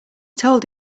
told